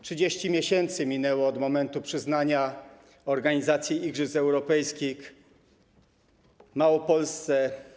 30 miesięcy minęło od momentu przyznania organizacji igrzysk europejskich Małopolsce.